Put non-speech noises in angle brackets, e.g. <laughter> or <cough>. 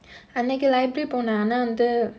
<breath> அன்னைக்கு:annaiku library போன ஆனா வந்து:pona aanaa vandhu